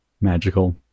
magical